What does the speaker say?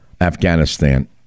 Afghanistan